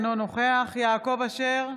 אינו נוכח יעקב אשר,